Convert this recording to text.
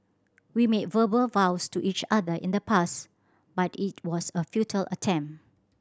we made verbal vows to each other in the past but it was a futile attempt